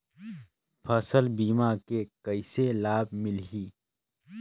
फसल बीमा के कइसे लाभ मिलही?